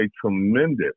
tremendous